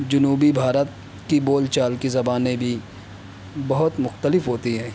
جنوبی بھارت کی بول چال کی زبانیں بھی بہت مختلف ہوتی ہیں